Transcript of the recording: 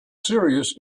serious